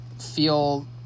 feel